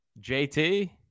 JT